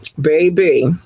Baby